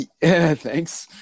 Thanks